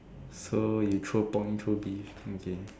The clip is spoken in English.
so you throw point through this okay